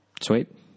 Sweet